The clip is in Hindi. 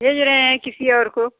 भेज रहे हैं किसी और को